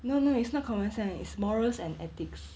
no no it's not common sense it's morals and ethics